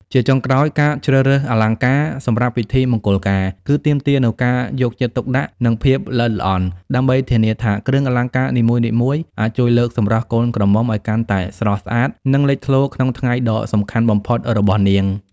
ជាចុងក្រោយ ការជ្រើសរើសអលង្ការសម្រាប់ពិធីមង្គលការ គឺទាមទារនូវការយកចិត្តទុកដាក់ និងភាពល្អិតល្អន់ ដើម្បីធានាថាគ្រឿងអលង្ការនីមួយៗអាចជួយលើកសម្រស់កូនក្រមុំឲ្យកាន់តែស្រស់ស្អាត និងលេចធ្លោក្នុងថ្ងៃដ៏សំខាន់បំផុតរបស់នាង។